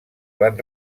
van